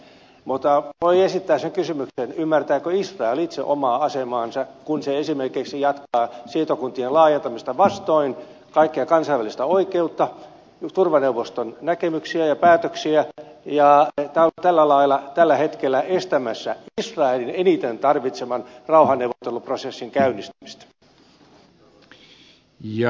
mutta voi esittää sen kysymyksen ymmärtääkö israel itse omaa asemaansa kun se esimerkiksi jatkaa siirtokuntien laajentamista vastoin kaikkea kansainvälistä oikeutta turvaneuvoston näkemyksiä ja päätöksiä ja on tällä lailla tällä hetkellä estämässä israelin eniten tarvitseman rauhanneuvotteluprosessin käynnistymistä